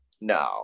No